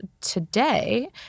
today